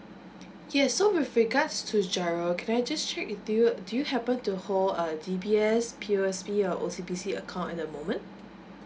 yes so with regards to giro can I just check with you do you happen to hold uh D_B_S P_O_S_B or O_C_B_C account at the moment